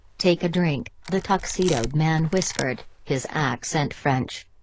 take a drink, the tuxedoed man whispered, his accent french.